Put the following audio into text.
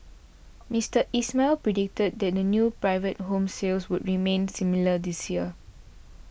Mister Ismail predicted that new private home sales would remain similar this year